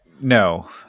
No